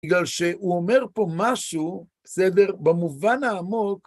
בגלל שהוא אומר פה משהו, בסדר? במובן העמוק.